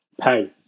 pay